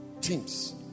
teams